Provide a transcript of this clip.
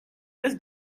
less